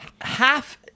half